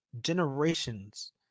generations